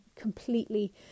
completely